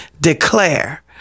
declare